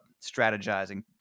strategizing